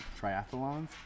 triathlons